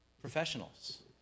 professionals